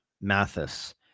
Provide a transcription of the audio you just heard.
Mathis